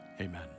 amen